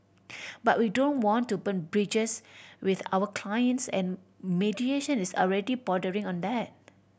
but we don't want to burn bridges with our clients and mediation is already bordering on that